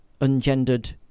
ungendered